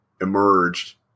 emerged